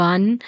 One